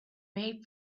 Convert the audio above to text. made